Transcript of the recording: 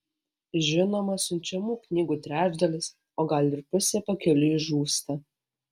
žinoma siunčiamų knygų trečdalis o gal ir pusė pakeliui žūsta